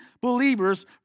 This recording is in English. believers